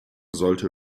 sollte